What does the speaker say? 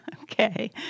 okay